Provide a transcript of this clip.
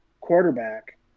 quarterback